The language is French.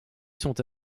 sont